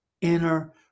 inner